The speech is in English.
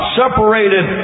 separated